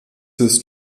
ist